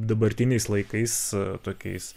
dabartiniais laikais tokiais